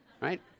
right